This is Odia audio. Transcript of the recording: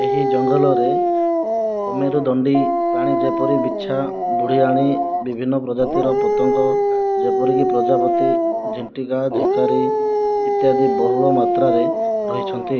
ଏହି ଜଙ୍ଗଲରେ ଅମେରୁଦଣ୍ଡୀ ପ୍ରାଣୀ ଯେପରି ବିଛା ବୁଢ଼ିଆଣୀ ବିଭିନ୍ନ ପ୍ରଜାତିର ପତଙ୍ଗ ଯେପରି କି ପ୍ରଜାପତି ଝିଣ୍ଟିକା ଝିଙ୍କାରୀ ଇତ୍ୟାଦି ବହୁଳ ମାତ୍ରାରେ ରହିଛନ୍ତି